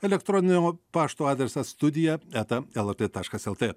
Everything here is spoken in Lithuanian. elektroninio pašto adresas studija eta lrt taškas lt